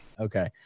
Okay